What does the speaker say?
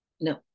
No